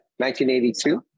1982